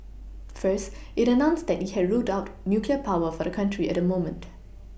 first it announced that it had ruled out nuclear power for the country at the moment